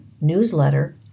newsletter